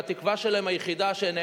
והתקווה היחידה שלהם,